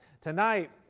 Tonight